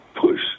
push